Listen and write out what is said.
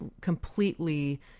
completely